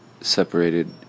separated